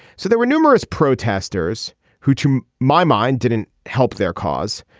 so there were numerous protesters who to my mind didn't help their cause.